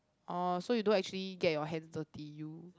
orh so you don't actually get your hands dirty you